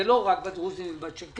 זה לא רק בדרוזים ובצ'רקסים,